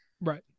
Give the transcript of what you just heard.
Right